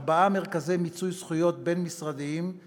ארבעה מרכזי מיצוי זכויות בין-משרדיים בארבע רשויות,